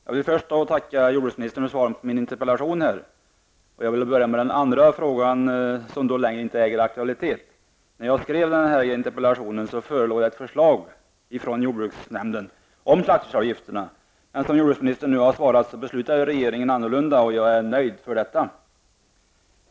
Herr talman! Jag vill först tacka jordbruksministern för svaret på min interpellation. Jag vill börja med den andra frågan, som alltså inte längre äger aktualitet. När jag skrev interpellationen förelåg ett förslag från jordbruksnämnden om slaktdjursavgifterna, men som jordbruksministern påpekade fattade regeringen ett annat beslut, och jag är nöjd med detta.